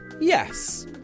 Yes